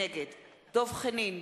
נגד דב חנין,